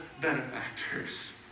benefactors